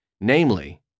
namely